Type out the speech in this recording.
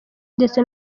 ndetse